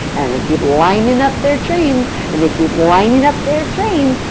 and they keep lining up their trains, and they keep lining up their trains.